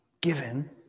given